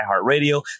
iheartradio